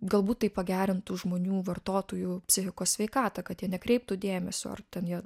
galbūt tai pagerintų žmonių vartotojų psichikos sveikatą kad jie nekreiptų dėmesio ar ten jie